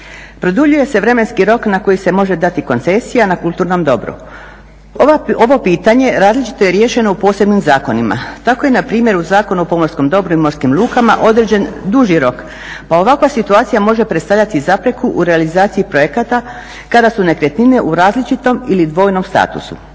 Produljuje se vremenski rok na koji se može dati koncesija na kulturnom dobru. Ovo pitanje različito je riješeno posebnim zakonima, tako je npr. u Zakonu o pomorskom i morskim lukama određen duži rok pa ovakva situacija može predstavljati zapreku u realizaciji projekata kada su nekretnine u različitom ili dvojnom statusu.